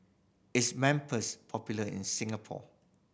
is popular in Singapore